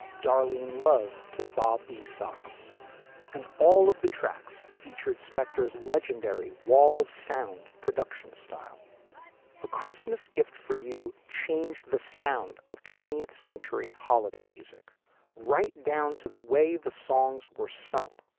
darlene love to bobby socks and all of the tracks featured spector's legendary wall of sound production style a christmas gift for you changed the sound of twentieth century holiday music right down to the way the songs were sung.